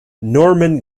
norman